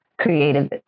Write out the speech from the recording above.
creative